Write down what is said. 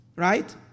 Right